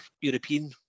European